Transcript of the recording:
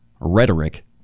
rhetoric